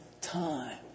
time